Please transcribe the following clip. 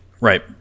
Right